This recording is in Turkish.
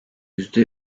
yüzde